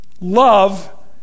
Love